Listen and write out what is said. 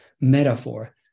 metaphor